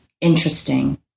interesting